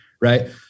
Right